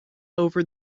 over